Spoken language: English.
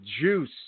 juice